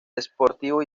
sportivo